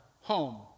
home